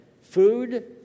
food